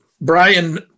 Brian